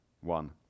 one